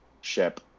ship